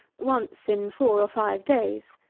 once in four or five days.